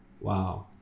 Wow